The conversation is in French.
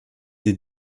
des